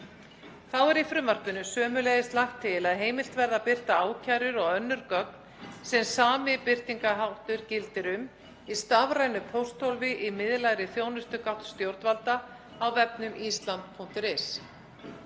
Þá er í frumvarpinu sömuleiðis lagt til að heimilt verði að birta ákærur og önnur gögn sem sami birtingarháttur gildir um í stafrænu pósthólfi í miðlægri þjónustugátt stjórnvalda á vefnum island.is.